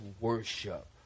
worship